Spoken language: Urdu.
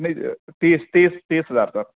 نہیں تیس تیس تیس ہزار سر